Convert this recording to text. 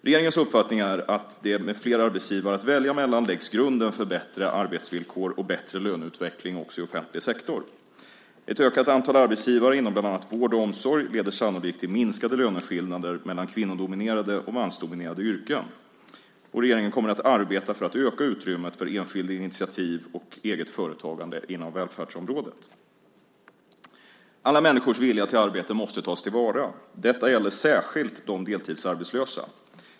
Regeringens uppfattning är att med fler arbetsgivare att välja mellan läggs grunden för bättre arbetsvillkor och bättre löneutveckling också i offentlig sektor. Ett ökat antal arbetsgivare inom bland annat vård och omsorg leder sannolikt till minskade löneskillnader mellan kvinnodominerade och mansdominerade yrken. Regeringen kommer att arbeta för att öka utrymmet för enskilda initiativ och eget företagande inom välfärdsområdet. Alla människors vilja till arbete måste tas till vara. Detta gäller särskilt de deltidsarbetslösa.